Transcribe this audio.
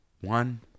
one